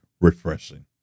refreshing